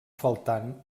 faltant